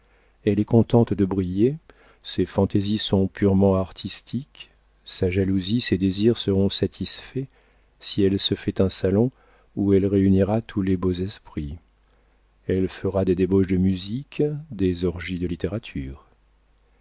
elle est contente de briller ses fantaisies sont purement artistiques sa jalousie ses désirs seront satisfaits si elle se fait un salon où elle réunira tous les beaux esprits elle fera des débauches de musique des orgies de littérature